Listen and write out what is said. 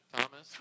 Thomas